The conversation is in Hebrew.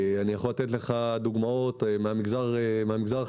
אני יכול תת לך דוגמאות מהמגזר החרדי,